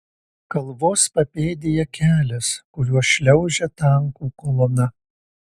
kalvos papėdėje kelias kuriuo šliaužia tankų kolona